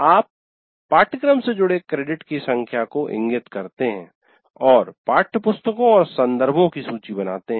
आप पाठ्यक्रम से जुड़े क्रेडिट की संख्या को इंगित करते हैं और पाठ्यपुस्तकों और संदर्भों की सूची बनाते हैं